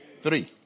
Three